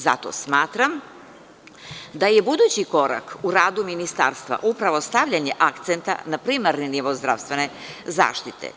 Zato smatram da je budući korak u radu Ministarstva upravo stavljanje akcenta na primarni nivo zdravstvene zaštite.